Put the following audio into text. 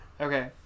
Okay